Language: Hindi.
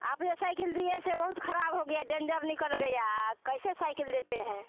आपने साइकिल दिए ऐसे बहुत खराब हो गया डेंडर निकल गया कैसे साइकिल देते हैं